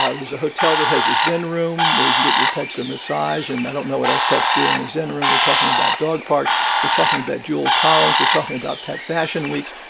ah there's a hotel that has a zen room where you can get your pets a massage. and i don't know what else pets do in a zen room. we're talking about dog parks. we're talking about jeweled collars. we're talking about pet fashion weeks.